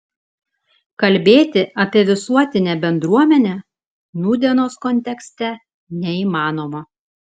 kalbėti apie visuotinę bendruomenę nūdienos kontekste neįmanoma